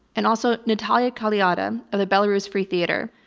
and also natalia kaliada of the belarus free theater.